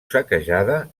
saquejada